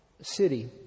city